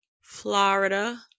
Florida